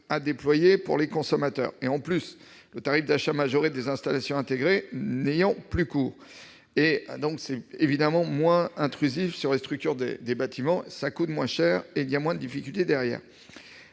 à déployer pour les consommateurs, le tarif d'achat majoré des installations intégrées n'ayant plus cours. C'est évidemment moins intrusif sur les structures des bâtiments, moins cher, et cela crée moins de difficultés.